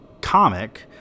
comic